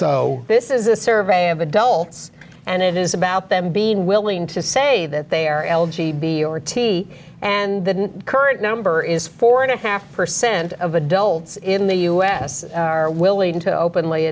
so this is a survey of adults and it is about them being willing to say that they are l g b or t and the current number is four and a half percent of adults in the u s are willing to openly